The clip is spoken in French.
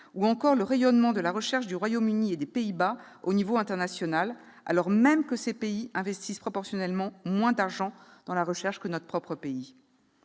ou encore le rayonnement de la recherche du Royaume-Uni et des Pays-Bas au niveau international, alors même que ces pays investissent proportionnellement moins d'argent dans la recherche que notre propre pays.